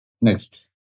Next